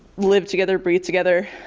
lived together, breathed together